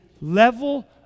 level